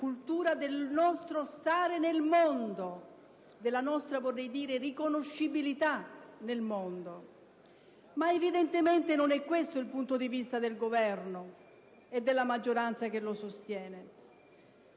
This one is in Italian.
cultura, del nostro stare nel mondo, della nostra - vorrei dire - riconoscibilità nel mondo. Ma evidentemente non è questo il punto di vista del Governo e della maggioranza che lo sostiene.